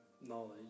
knowledge